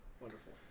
Wonderful